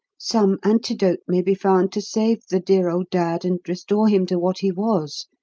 some antidote may be found to save the dear old dad and restore him to what he was.